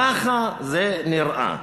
ככה זה נראה.